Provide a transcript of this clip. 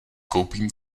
koupím